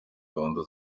gahunda